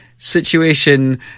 situation